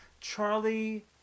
Charlie